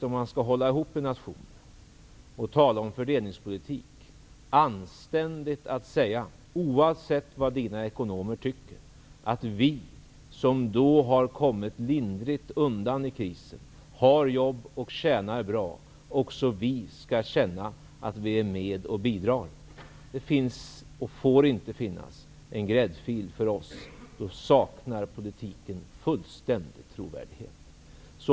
Om man skall hålla ihop en nation och tala om fördelningspolitik är det anständigt att säga, oavsett vad Johan Lönnroths ekonomer tycker, att också vi som har kommit lindrigt undan i krisen, som har jobb och som tjänar bra skall känna att vi är med och bidrar. Det får inte finnas en gräddfil för oss, för då saknar politiken fullständigt trovärdighet.